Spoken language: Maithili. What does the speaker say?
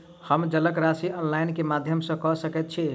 हम जलक राशि ऑनलाइन केँ माध्यम सँ कऽ सकैत छी?